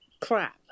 crap